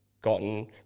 gotten